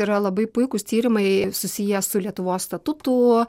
yras labai puikūs tyrimai susiję su lietuvos statutų